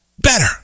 better